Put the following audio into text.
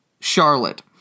Charlotte